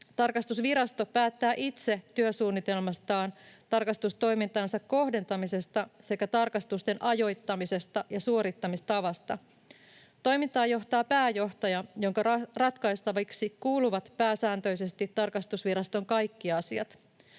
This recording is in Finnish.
Tarkastusvirasto päättää itse työsuunnitelmastaan, tarkastustoimintansa kohdentamisesta sekä tarkastusten ajoittamisesta ja suorittamistavasta. Toimintaa johtaa pääjohtaja, jonka ratkaistaviksi kuuluvat pääsääntöisesti tarkastusviraston kaikki asiat.